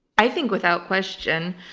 i think without question.